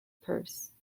purse